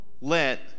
let